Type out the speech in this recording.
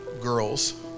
girls